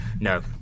No